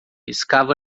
escava